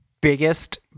biggest